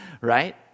right